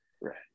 Right